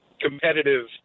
competitive